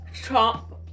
Trump